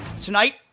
Tonight